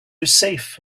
safe